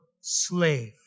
slave